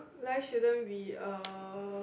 life shouldn't be a